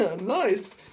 Nice